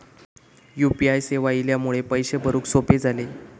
U P I सेवा इल्यामुळे पैशे भरुक सोपे झाले